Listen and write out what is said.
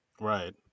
Right